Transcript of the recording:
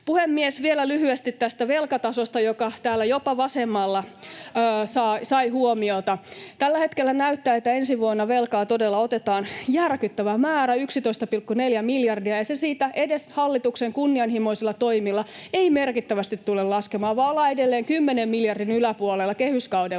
Puhemies! Vielä lyhyesti tästä velkatasosta, joka täällä, jopa vasemmalla, sai huomiota: Tällä hetkellä näyttää, että ensi vuonna velkaa todella otetaan järkyttävä määrä, 11,4 miljardia, ja se siitä edes hallituksen kunnianhimoisilla toimilla ei merkittävästi tule laskemaan, vaan ollaan edelleen kymmenen miljardin yläpuolella kehyskauden